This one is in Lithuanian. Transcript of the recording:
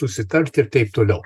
susitelkt ir taip toliau